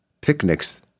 picnics